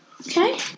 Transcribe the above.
Okay